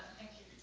thank you.